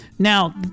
Now